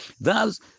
Thus